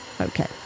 Okay